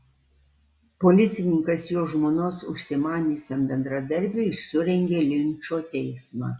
policininkas jo žmonos užsimaniusiam bendradarbiui surengė linčo teismą